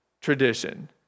tradition